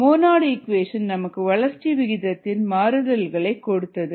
மோநாடு equation நமக்கு வளர்ச்சி விகிதத்தின் மாறுதல்களை கொடுத்தது